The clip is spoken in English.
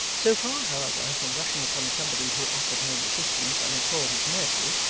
so far, however, from rushing upon somebody who offered no resistance and implored his mercy,